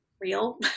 real